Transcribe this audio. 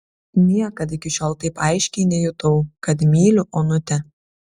niekad iki šiol taip aiškiai nejutau kad myliu onutę